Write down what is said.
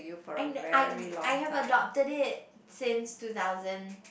I ne~ I I have adopted it since two thousand